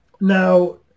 Now